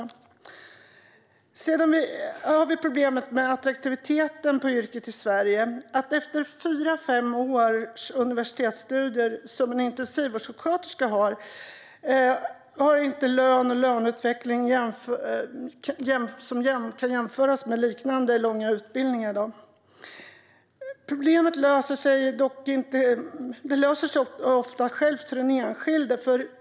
I Sverige har vi också problem med hur attraktivt yrket är. Efter 4-5 års universitetsstudier har en intensivvårdssjuksköterska inte en lön eller löneutveckling som kan jämföras med andra utbildningar som är lika långa. Det problemet löser sig ofta av sig självt, för den enskilde.